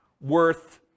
worth